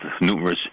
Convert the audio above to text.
numerous